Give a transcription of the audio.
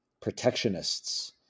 protectionists